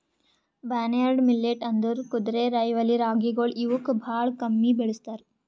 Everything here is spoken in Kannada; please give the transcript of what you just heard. ಬಾರ್ನ್ಯಾರ್ಡ್ ಮಿಲ್ಲೇಟ್ ಅಂದುರ್ ಕುದುರೆರೈವಲಿ ರಾಗಿಗೊಳ್ ಇವುಕ್ ಭಾಳ ಕಡಿಮಿ ಬೆಳುಸ್ತಾರ್